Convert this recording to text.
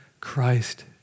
Christ